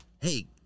Hey